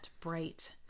Bright